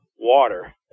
water